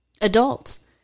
Adults